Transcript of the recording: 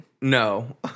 No